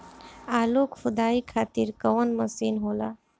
आलू खुदाई खातिर कवन मशीन होला?